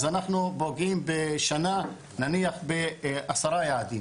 אז אנחנו פוגעים בשנה נניח בעשרה יעדים